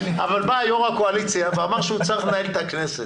אבל בא יו"ר הקואליציה ואמר שהוא צריך לנהל את הכנסת.